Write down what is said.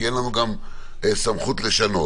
כי אין לנו גם סמכות לשנות.